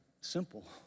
simple